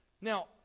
Now